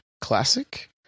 Classic